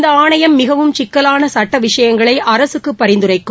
இந்த ஆணையம் மிகவும் சிக்கலான சட்ட விஷயங்களை அரசுக்கு பரிந்துரைக்கும்